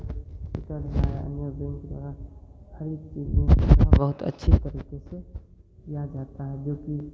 सरकार हर एक चीज़ बहुत अच्छे तरीक़े से किया जाता है जोकि